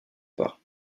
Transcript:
part